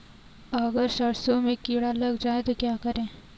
अगर सरसों में कीड़ा लग जाए तो क्या करें?